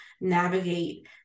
navigate